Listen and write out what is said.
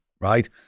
right